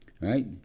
Right